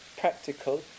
practical